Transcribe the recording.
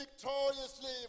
victoriously